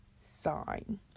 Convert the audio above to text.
sign